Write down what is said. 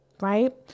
Right